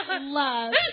love